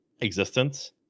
existence